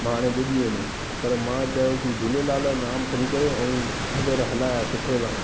मां हाणे बुॾी वेंदुमि पर मां चयो की झूलेलाल जो नाम खणी करे ऐं हथ पेर हलाया सुठे सां